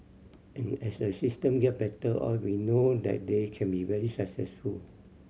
and as the system get better oiled we know that they can be very successful